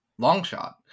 Longshot